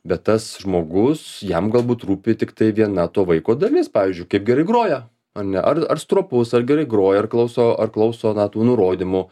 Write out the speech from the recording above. bet tas žmogus jam galbūt rūpi tiktai viena to vaiko dalis pavyzdžiui kaip gerai groja ar ne ar ar stropus ar gerai groja ar klauso ar klauso na tų nurodymų